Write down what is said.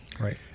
Right